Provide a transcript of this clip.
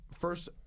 first